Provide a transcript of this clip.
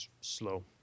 slow